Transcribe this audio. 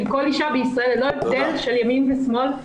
כל אישה בישראל ללא הבדל של ימין ושמאל,